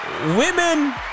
Women